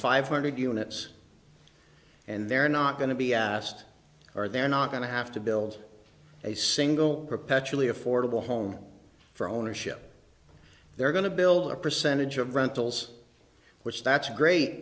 five hundred units and they're not going to be asked or they're not going to have to build a single perpetually affordable home for ownership they're going to build a percentage of rentals which that's great